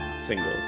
singles